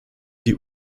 die